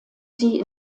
sie